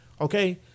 okay